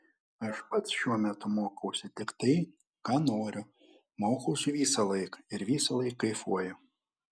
aš pats šiuo metu mokausi tik tai ką noriu mokausi visąlaik ir visąlaik kaifuoju